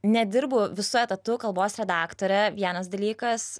nedirbu visu etatu kalbos redaktore vienas dalykas